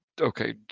okay